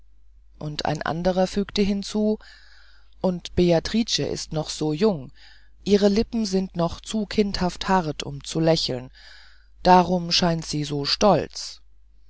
und ein anderer fügte hinzu und beatrice ist noch so jung ihre lippen sind noch zu kinderhaft hart um zu lächeln darum scheint sie so stolz